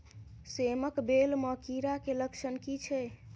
सेम कऽ बेल म कीड़ा केँ लक्षण की छै?